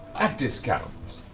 at discount,